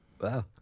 Wow